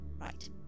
Right